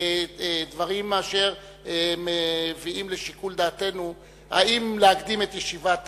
דברים אשר מביאים לשיקול דעתנו האם להקדים את ישיבת